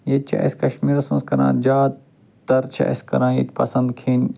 ییٚتہِ چھِ اسہِ کشمیٖرس منٛز کران زیادٕ تر چھِ اسہِ کران ییٚتہِ پسنٛد کھیٚنۍ